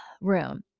room